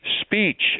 speech